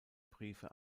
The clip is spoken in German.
briefe